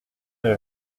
est